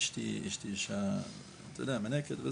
אציין גם שאשתי מינקת.